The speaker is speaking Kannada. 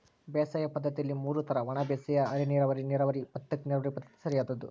ಬೇಸಾಯ ಪದ್ದತಿಯಲ್ಲಿ ಮೂರು ತರ ಒಣಬೇಸಾಯ ಅರೆನೀರಾವರಿ ನೀರಾವರಿ ಭತ್ತಕ್ಕ ನೀರಾವರಿ ಪದ್ಧತಿ ಸರಿಯಾದ್ದು